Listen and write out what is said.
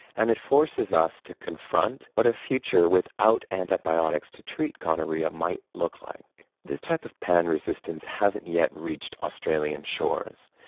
and it forces us to confront what a future without antibiotics to treat gonorrhoea might look like. this type of pan-resistance hasn't yet reached australian shores,